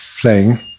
playing